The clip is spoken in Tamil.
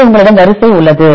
எனவே உங்களிடம் வரிசை உள்ளது